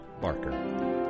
barker